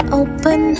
open